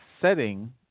setting